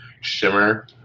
shimmer